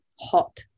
hot